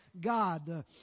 God